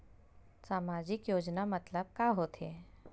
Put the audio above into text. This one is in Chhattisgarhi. सामजिक योजना मतलब का होथे?